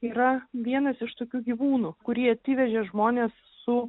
yra vienas iš tokių gyvūnų kurį atsivežė žmonės su